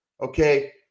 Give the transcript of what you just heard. Okay